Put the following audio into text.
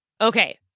Okay